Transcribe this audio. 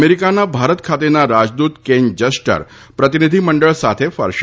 અમેરિકાના ભારત ખાતેના રાજદૂત કેન જસ્ટર પ્રતિનિધિ મંડળ સાથે ફરશે